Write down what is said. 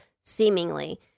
seemingly